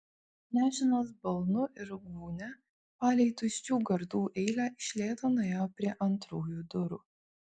nešinas balnu ir gūnia palei tuščių gardų eilę iš lėto nuėjo prie antrųjų durų